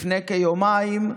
לפני יומיים,